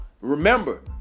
Remember